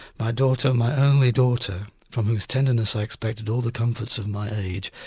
my daughter, my only daughter, from whose tenderness i expected all the comforts of my age,